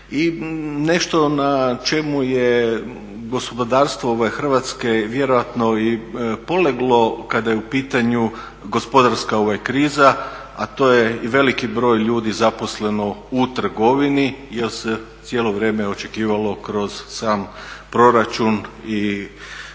I nešto na čemu je gospodarstvo Hrvatske vjerojatno i poleglo kada je u pitanju gospodarska kriza, a to je i veliki broj ljudi zaposleno u trgovini jer se cijelo vrijeme očekivalo kroz sam proračun i poreza